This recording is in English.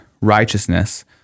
righteousness